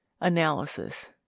analysis